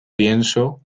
pienso